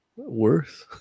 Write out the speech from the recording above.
Worse